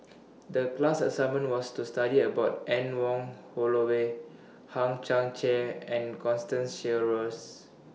The class assignment was to study about Anne Wong Holloway Hang Chang Chieh and Constance Sheares